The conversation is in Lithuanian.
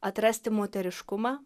atrasti moteriškumą